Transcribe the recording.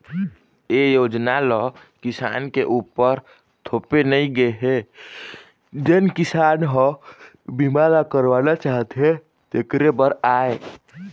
ए योजना ल किसान के उपर थोपे नइ गे हे जेन किसान ह ए बीमा ल करवाना चाहथे तेखरे बर आय